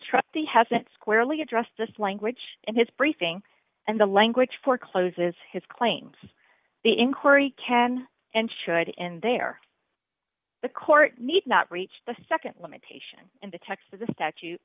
trustee hasn't squarely addressed this language in his briefing and the language for closes his claims the inquiry can and should in there the court need not reach the nd limitation in the text of the statute